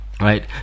right